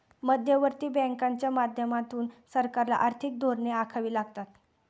मध्यवर्ती बँकांच्या माध्यमातून सरकारला आर्थिक धोरणे आखावी लागतात